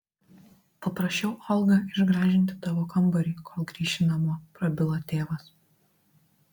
paprašiau olgą išgražinti tavo kambarį kol grįši namo prabilo tėvas